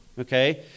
Okay